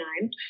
nine